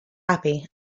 happy